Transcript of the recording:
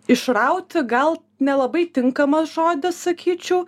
išrauti gal nelabai tinkamas žodis sakyčiau